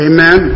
Amen